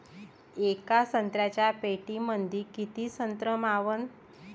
येका संत्र्याच्या पेटीमंदी किती संत्र मावन?